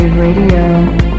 Radio